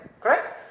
correct